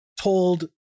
told